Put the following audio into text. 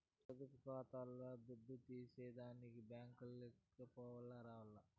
పొదుపు కాతాల్ల దుడ్డు తీసేదానికి బ్యేంకుకో పొయ్యి రావాల్ల